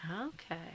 Okay